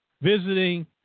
visiting